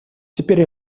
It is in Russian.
теперь